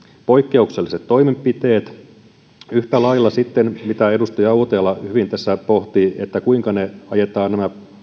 poikkeukselliset toimenpiteet ja yhtä lailla sitten se mitä edustaja uotila hyvin tässä pohti kuinka nämä poikkeustoimenpiteet ajetaan